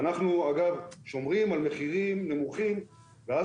מי שיפר יקבל עיצומים ועיצומים לא